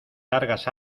largas